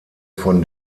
von